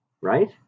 Right